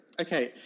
Okay